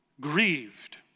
grieved